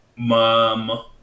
Mom